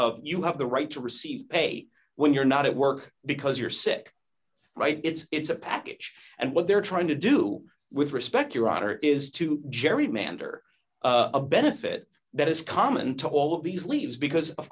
of you have the right to receive pay when you're not at work because you're sick right it's a package and what they're trying to do with respect your honor is to gerrymander a benefit that is common to all of these leaves because of